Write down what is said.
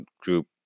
group